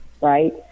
right